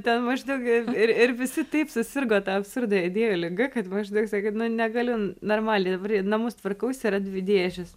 ten maždaug ir ir visi taip susirgo ta apsurdo idėjų liga kad maždaug sakyt na negaliu normaliai namus tvarkausi yra dvi dėžes